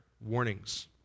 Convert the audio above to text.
warnings